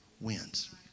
wins